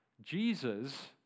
Jesus